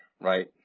right